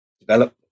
develop